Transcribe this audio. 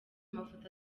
mafoto